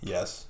Yes